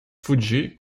fuggì